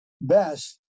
best